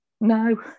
No